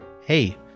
hey